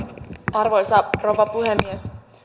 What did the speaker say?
arvoisa rouva puhemies